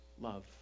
love